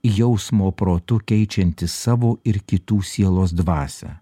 jausmo protu keičiantis savo ir kitų sielos dvasią